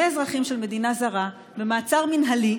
אזרחים של מדינה זרה במעצר מינהלי,